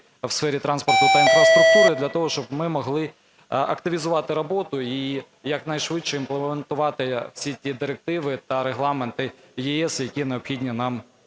у сфері транспорту та інфраструктури для того, щоб ми могли активізувати роботу і якнайшвидше імплементувати всі ті директиви та регламенти ЄС, які необхідні нам для повної